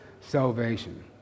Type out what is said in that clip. salvation